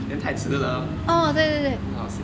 then 太迟了 很好笑